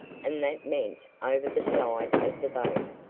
and that meant over the side of the boat.